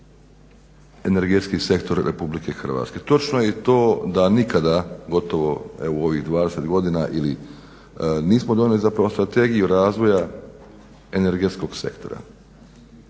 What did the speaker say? energetski sektor RH. Točno je i to da nikada gotovo evo u ovih 20 godina ili nismo donijeli zapravo strategiju razvoja energetskog sektora.